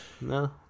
No